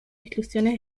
instrucciones